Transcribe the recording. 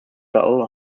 battle